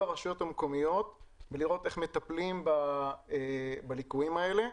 הרשויות המקומיות כדי לראות איך מטפלים בליקויים האלה.